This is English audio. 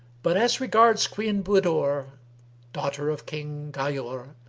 but as regards queen budur daughter of king ghayur,